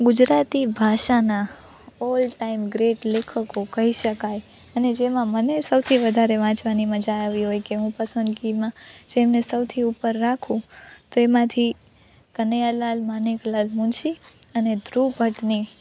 ગુજરાતી ભાષાના all time great લેખકો કહી શકાય અને જેમાં મને સૌથી વધારે વાંચવાની મજા આવી હોય કે હું પસંદગીમાં જેમને સૌથી ઉપર રાખું તેમાંથી કનૈયાલાલ માણેકલાલ મુનશી અને ધ્રુવ ભટ્ટની